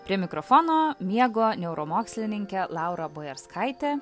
prie mikrofono miego neuromokslininkė laura bojarskaitė